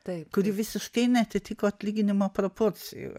kuri visiškai neatitiko atlyginimo proporcijų